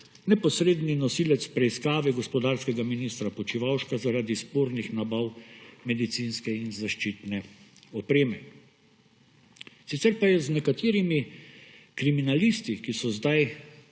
neposredni nosilec preiskave gospodarskega ministra Počivalška zaradi spornih nabav medicinske in zaščitne opreme. Sicer pa je z nekaterimi kriminalisti, ki so zdaj